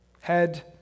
Head